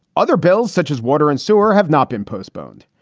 other bills, such as water and sewer, have not been postponed.